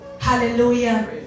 Hallelujah